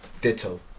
Ditto